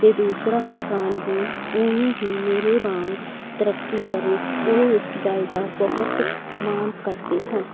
ਅਤੇ ਦੂਸਰਾ ਇਨਸਾਨ ਵੀ ਉਨੀ ਹੀ ਮੇਰੇ ਵਾਂਗ ਤਰੱਕੀ ਕਰੇ ਓ ਇਸ ਗੱਲ ਦਾ ਬਹੁਤ ਮਾਣ ਕਰਦੇ ਸਨ